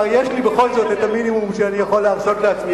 יש לי בכל זאת את המינימום שאני יכול להרשות לעצמי,